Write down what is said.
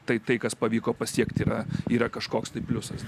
tai tai kas pavyko pasiekti yra yra kažkoks tai pliusas